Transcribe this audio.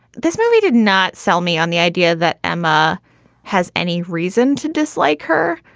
this movie did not sell me on the idea that emma has any reason to dislike her.